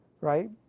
right